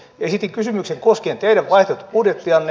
esitin kysymyksen koskien teidän vaihtoehtobudjettianne